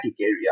area